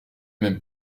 même